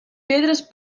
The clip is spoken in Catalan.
pedres